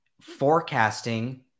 forecasting